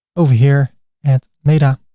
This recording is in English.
over here at meta,